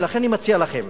ולכן אני מציע לכם